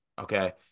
Okay